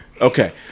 Okay